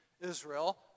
Israel